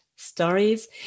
stories